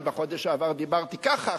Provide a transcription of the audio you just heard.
אני בחודש שעבר דיברתי ככה,